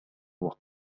وقت